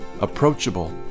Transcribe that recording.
approachable